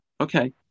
okay